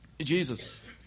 Jesus